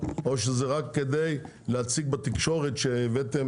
או שזה רק כדי להציג בתקשורת שהבאתם